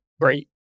great